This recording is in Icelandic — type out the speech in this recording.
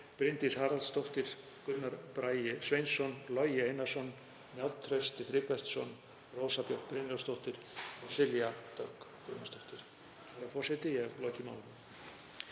Bryndís Haraldsdóttir, Gunnar Bragi Sveinsson, Logi Einarsson, Njáll Trausti Friðbertsson, Rósa Björk Brynjólfsdóttir og Silja Dögg